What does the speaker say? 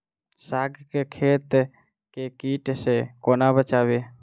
साग केँ खेत केँ कीट सऽ कोना बचाबी?